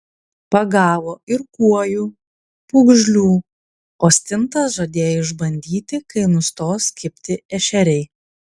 pagavo ir kuojų pūgžlių o stintas žadėjo išbandyti kai nustos kibti ešeriai